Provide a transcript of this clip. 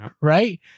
right